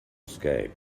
escape